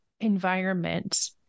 environment